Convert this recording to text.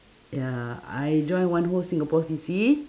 ya I join one whole singapore C C